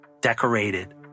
decorated